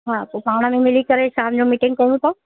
हा पोइ पाण में मिली करे शाम जो मीटिंग कयूं था